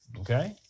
okay